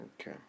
Okay